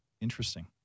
interesting